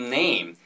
name